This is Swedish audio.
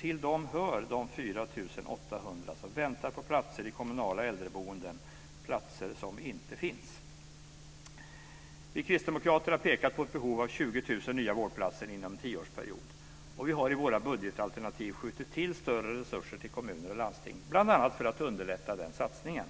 Till dem hör de 4 800 som väntar på platser i kommunala äldreboenden, platser som inte finns. Vi kristdemokrater har pekat på ett behov av 20 000 nya vårdplatser inom en tioårsperiod, och vi har i våra budgetalternativ skjutit till större resurser till kommuner och landsting, bl.a. för att underlätta den satsningen.